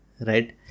right